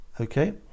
okay